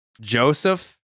Joseph